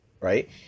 right